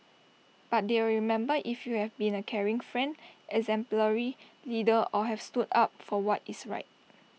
but they'll remember if you have been A caring friend exemplary leader or have stood up for what is right